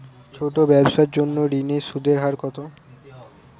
ছোট ব্যবসার জন্য ঋণের সুদের হার কত?